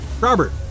Robert